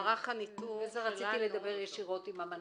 רציתי לדבר ישירות עם המנכ"ל,